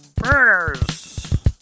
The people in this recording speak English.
burners